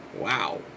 wow